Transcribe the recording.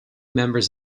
members